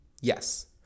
Yes